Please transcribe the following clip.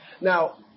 Now